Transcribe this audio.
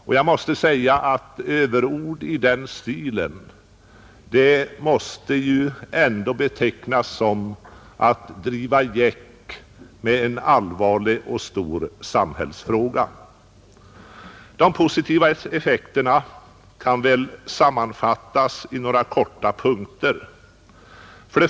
Yttranden av det slaget måste betecknas som mycket starka överord, som närmast ger intryck av att man driver gäck med en allvarlig och stor samhällsfråga. De positiva effekterna kan sammanfattas i några punkter.